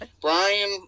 brian